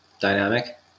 dynamic